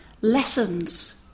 Lessons